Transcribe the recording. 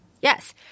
yes